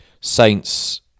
Saints